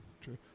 true